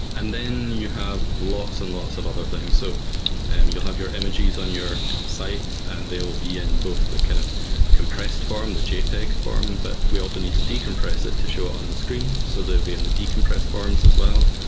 and then you have lots and lots of other things. so you'll have your images on your site and they'll be in both the kind of compressed form, the jpeg form, but we also need to decompress it to show it on the screen. so they'll be in the decompressed forms as well.